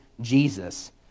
Jesus